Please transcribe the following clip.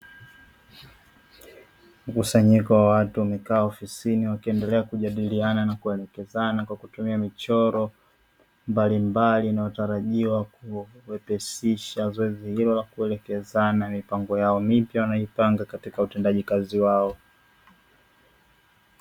Mkusanyiko wa watu wamekaa ofisini wakiendelea kujadiliana na kuelekezana kwa kutumia michoro mbalimbali inayotarajiwa kuwepesisha zoezi hilo la kuelekezana mipango yao mipya wanayoipanga katika utendaji kazi wao.